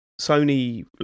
Sony